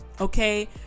okay